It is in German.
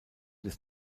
des